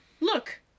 look